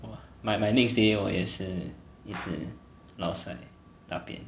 my my next day 也是一直 laosai 大便